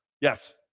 Yes